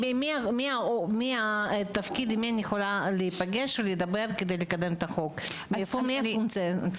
עם מי אני יכולה לדבר, מי הפונקציה?